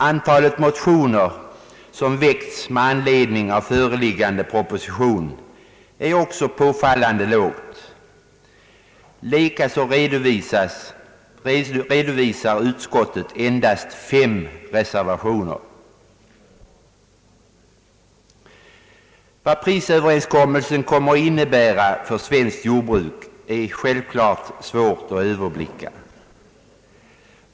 Antalet motioner som väckts med anledning av föreliggande proposition är också påfallande litet, och utskottet redovisar endast fem reservationer. Vad prisöverenskommelsen kommer att innebära för svenskt jordbruk är självklart svårt att överblicka.